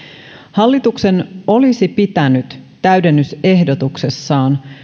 hallituksen olisi pitänyt täydennysehdotuksessaan